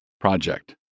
project